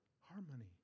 harmony